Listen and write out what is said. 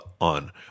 on